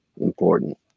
important